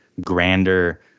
grander